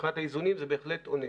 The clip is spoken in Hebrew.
מבחינת האיזונים זה בהחלט עונה.